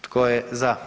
Tko je za?